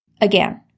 Again